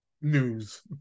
news